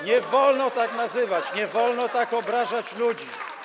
Nie wolno tak nazywać, nie wolno tak obrażać ludzi.